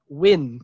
win